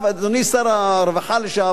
אדוני שר הרווחה לשעבר,